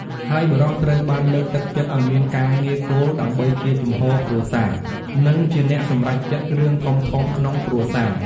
ហើយបុរសត្រូវបានលើកទឹកចិត្តឱ្យមានការងារគោលដើម្បីជាចំហគ្រួសារ និងជាអ្នកសម្រេចចិត្តរឿងធំៗក្នុងគ្រួសារ។